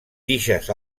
tiges